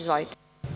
Izvolite.